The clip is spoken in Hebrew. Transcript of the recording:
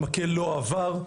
המקל לא עבר.